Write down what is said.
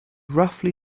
roughly